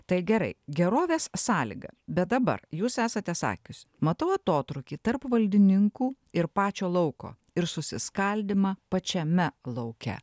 tai gerai gerovės sąlyga bet dabar jūs esate sakius matau atotrūkį tarp valdininkų ir pačio lauko ir susiskaldymą pačiame lauke